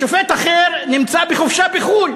השופט האחר נמצא בחופשה בחו"ל.